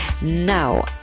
Now